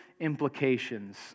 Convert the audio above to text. implications